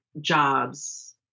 jobs